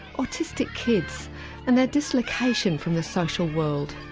autistic kids and their dislocation from the social world.